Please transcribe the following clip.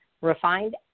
refined